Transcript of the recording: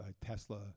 Tesla